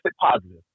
positive